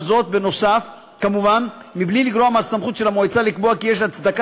וזאת כמובן מבלי לגרוע מהסמכות של המועצה לקבוע כי יש הצדקה